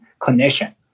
clinician